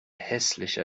hässliche